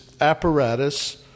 apparatus